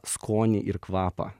skonį ir kvapą